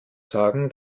sagen